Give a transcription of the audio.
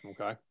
Okay